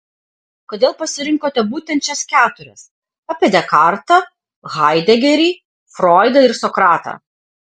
kodėl pasirinkote būtent šias keturias apie dekartą haidegerį froidą ir sokratą